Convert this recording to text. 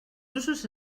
usos